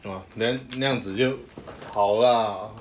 !wah! then 那样子就好 lah